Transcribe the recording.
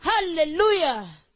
Hallelujah